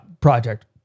project